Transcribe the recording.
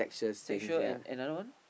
sexual and another one